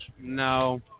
No